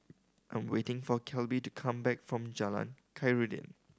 I'm waiting for Kelby to come back from Jalan Khairuddin